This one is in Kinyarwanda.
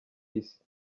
isi